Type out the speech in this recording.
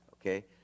okay